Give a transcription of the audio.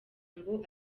ngo